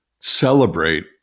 celebrate